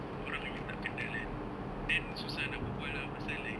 orang yang tak kenal kan then susah nak berbual lah pasal like